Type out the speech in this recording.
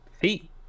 feet